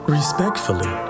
respectfully